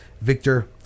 Victor